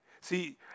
See